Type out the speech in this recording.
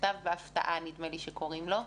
"מכתב בהפתעה", נדמה לי שקוראים לו.